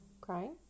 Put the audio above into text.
crying